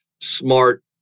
smart